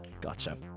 Gotcha